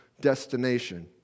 destination